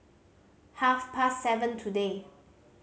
half past seven today